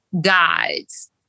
guides